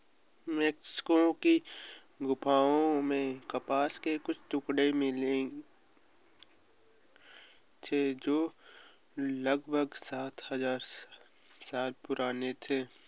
Mexico की गुफाओं में कपास के कुछ टुकड़े मिले थे जो लगभग सात हजार साल पुराने थे